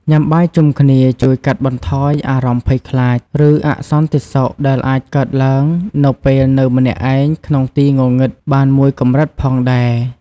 ញាំបាយជុំគ្នាជួយកាត់បន្ថយអារម្មណ៍ភ័យខ្លាច ឬអសន្តិសុខដែលអាចកើតឡើងនៅពេលនៅម្នាក់ឯងក្នុងទីងងឹតបានមួយកម្រិតផងដែរ ។